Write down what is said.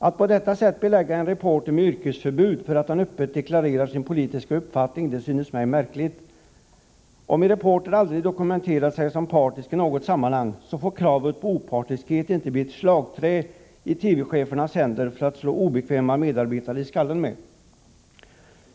Att på detta sätt belägga en reporter med yrkesförbud för att han öppet deklarerar sin politiska uppfattning synes mig märkligt. Om en reporter aldrig i något sammanhang visat sig partisk får kravet på opartiskhet inte bli ett slagträ i TV-chefernas händer att slå obekväma medarbetare i skallen med.